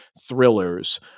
thrillers